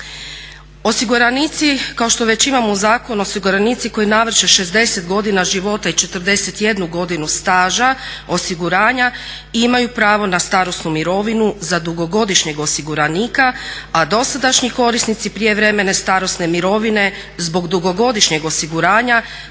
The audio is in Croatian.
Osiguranici, kao što već imamo u zakonu, osiguranici koji navrše 60 godina života i 41 godinu staža osiguranja imaju pravo na starosnu mirovinu za dugogodišnjeg osiguranika a dosadašnji korisnici prijevremene starosne mirovine zbog dugogodišnjeg osiguranja